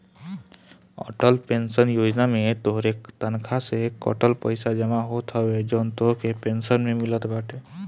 Atal pension योजना में तोहरे तनखा से कटल पईसा जमा होत हवे जवन तोहके पेंशन में मिलत बाटे